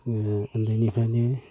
जोङो उन्दैनिफ्रायनो